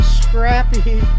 scrappy